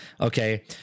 okay